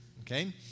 okay